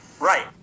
Right